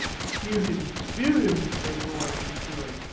spear him! spear him! they roared in fury.